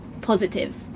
positives